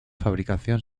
fabricación